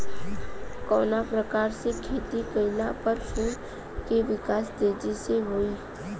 कवना प्रकार से खेती कइला पर फूल के विकास तेजी से होयी?